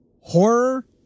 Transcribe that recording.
horror